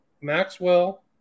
Maxwell